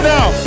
Now